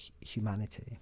humanity